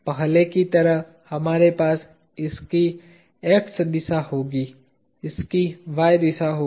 पहले की तरह हमारे पास इसकी x दिशा होगी इसकी y दिशा होगी